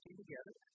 together